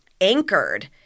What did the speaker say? anchored